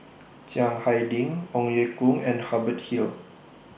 Chiang Hai Ding Ong Ye Kung and Hubert Hill